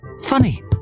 funny